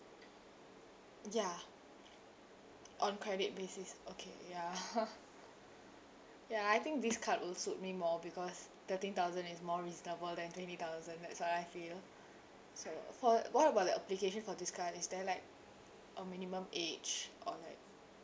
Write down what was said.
ya on credit basis okay ya ya I think this card will suit me more because thirteen thousand is more reasonable than twenty thousand that's what I feel so for what about the application for this card is there like a minimum age or like